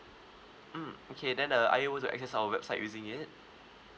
mm okay then uh are you able to access our website using it